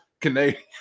canadian